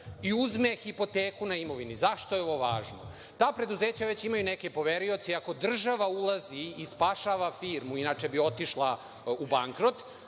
i uzme hipoteku na imovinu.Zašto je ovo važno? Ta preduzeća već imaju neke poverioce i ako država ulazi i spašava firmu, inače bi otišla u bankrot,